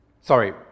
Sorry